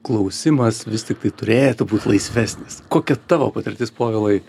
klausimas vis tiktai turėtų būt laisvesnis kokia tavo patirtis povilai